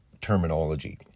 Terminology